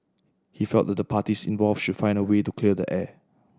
he felt that the parties involved should find a way to clear the air